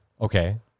okay